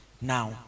now